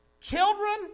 children